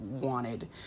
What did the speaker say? wanted